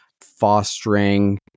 fostering